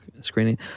screening